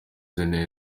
atameze